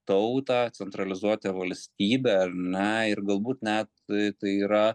tautą centralizuotą valstybę ar ne ir galbūt net tai yra